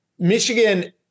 Michigan